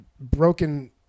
broken